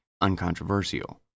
uncontroversial